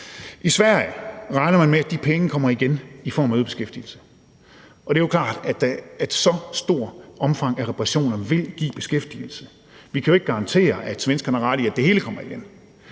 I Sverige regner man med, at de penge kommer igen i form af øget beskæftigelse, og det er jo klart, at så stort et omfang af reparationer vil give beskæftigelse. Vi kan jo ikke garantere, at svenskerne har ret i, at det hele kommer igen,